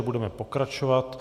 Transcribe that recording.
Budeme pokračovat.